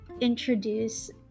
introduce